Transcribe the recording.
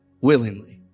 willingly